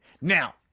now